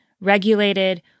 regulated